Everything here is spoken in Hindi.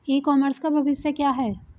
ई कॉमर्स का भविष्य क्या है?